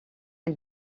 and